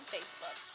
Facebook